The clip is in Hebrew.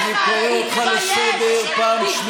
איזו חוצפה יש לך לדבר על אלימות?